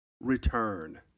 return